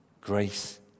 grace